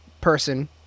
person